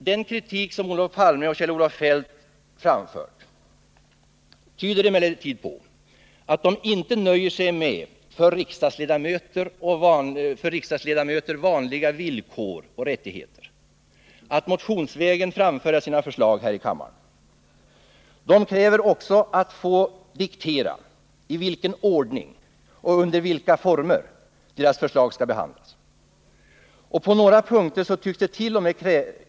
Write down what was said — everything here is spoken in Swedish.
Den kritik som Olof Palme och Kjell-Olof Feldt framfört tyder emellertid på att de inte nöjer sig med för riksdagsledamöter vanliga villkor och rättigheter, dvs. att motionsvägen framföra sina förslag här i kammaren. De kräver också att få diktera i vilken ordning och under vilka former deras förslag skall behandlas. Och på några punkter tycks det.o.m.